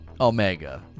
Omega